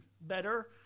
better